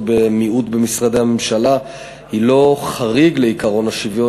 במיעוט במשרדי הממשלה היא לא חריג מעקרון השוויון,